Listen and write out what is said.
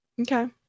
Okay